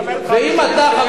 אתה עכשיו מתחכם.